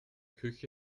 küche